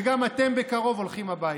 וגם אתם בקרוב הולכים הביתה.